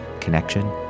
Connection